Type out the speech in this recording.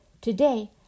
Today